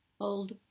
old